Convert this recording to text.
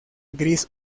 gris